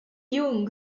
young